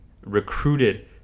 recruited